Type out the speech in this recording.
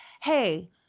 Hey